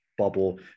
Bubble